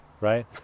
right